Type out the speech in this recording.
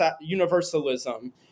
universalism